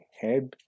head